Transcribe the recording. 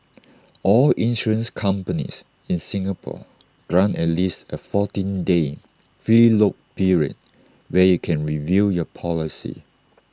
all insurance companies in Singapore grant at least A fourteen day free look period where you can review your policy